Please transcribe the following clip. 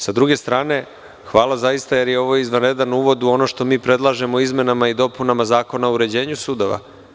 S druge strane, hvala zaista jer je ovo izvanredan uvod u ono što mi predlažemo izmenama i dopunama Zakona o uređenju sudova.